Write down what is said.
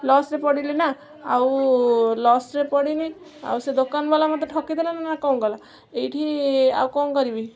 ଲସ୍ରେ ପଡ଼ିଲି ନା ଆଉ ଲସ୍ରେ ପଡ଼ିନି ଆଉ ସେ ଦୋକାନବାଲା ମୋତେ ଠକି ଦେଲାନା କ'ଣ କଲା ଏଇଠି ଆଉ କଣ କରିବି